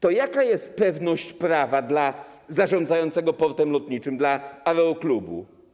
To jaka jest pewność prawa dla zarządzającego portem lotniczym, dla aeroklubu?